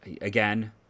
again